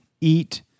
Eat